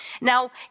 Now